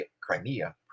Crimea